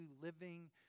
living